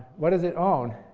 what does it own?